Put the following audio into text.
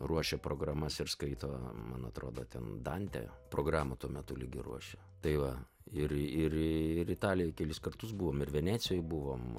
ruošia programas ir skaito man atrodo ten dante programą tuo metu lyg ir ruošia tai va ir ir ir italijoj kelis kartus buvom ir venecijoj buvom